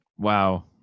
wow